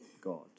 God